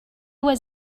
was